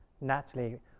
naturally